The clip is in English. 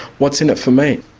what's in it for me?